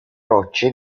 rocce